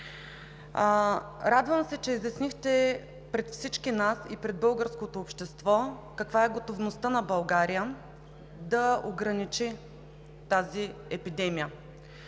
Радвам се, че изяснихте пред всички нас и пред българското общество каква е готовността на България да ограничи тази епидемия.